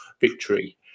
victory